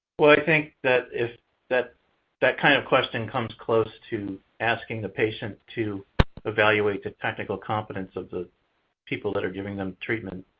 well, i think that if that that kind of question comes close to asking the patient to evaluate the technical competence of the people that're giving them treatment,